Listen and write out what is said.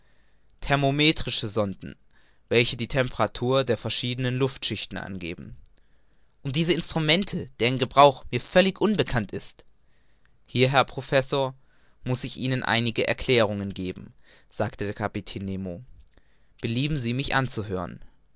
thermometrische sonden welche die temperatur der verschiedenen luftschichten angeben und diese instrumente deren gebrauch mir völlig unbekannt ist hier herr professor muß ich ihnen einige erklärungen geben sagte der kapitän nemo belieben sie mich anzuhören